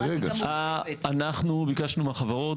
אנחנו ביקשנו מהחברות,